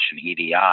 EDI